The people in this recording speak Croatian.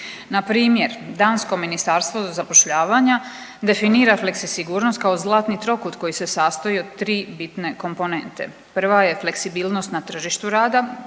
Npr. dansko ministarstvo za zapošljavanja definira fleksibilnost kao zlatni trokut koji se sastoji od 3 bitne komponente, prva je fleksibilnost na tržištu rada,